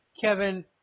Kevin